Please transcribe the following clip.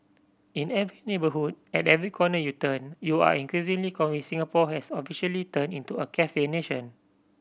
in every neighbourhood at every corner you turn you are increasingly convinced Singapore has officially turned into a cafe nation